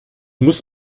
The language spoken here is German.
muss